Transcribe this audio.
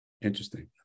interesting